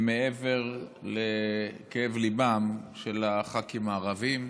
מעבר לכאב ליבם של הח"כים הערבים.